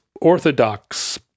orthodox